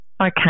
Okay